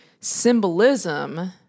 symbolism